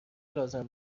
لازم